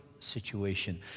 Situation